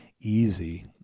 easy